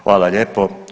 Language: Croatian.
Hvala lijepo.